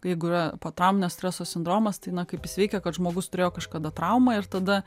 jeigu yra potrauminio streso sindromas tai na kaip jis veikia kad žmogus turėjo kažkada traumą ir tada